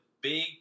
big